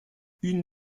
une